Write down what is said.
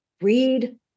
read